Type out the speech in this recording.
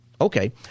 Okay